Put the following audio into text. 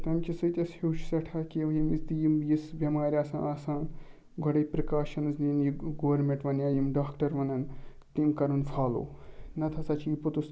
تَمہِ کہِ سۭتۍ اَسہِ ہیٚوچھ سٮ۪ٹھاہ کیٚنٛہہ ییٚمہِ وزِ تہِ یِم یِژھٕ بٮ۪مارِ آسان آسان گۄڈَے پِرٛکاشَنٕز نِنۍ یہِ گورمِنٛٹ وَنہِ یا یِم ڈاکٹَر وَنان تِم کَران فالوٗ نَتہٕ ہَسا چھُ یہِ پوٚتُس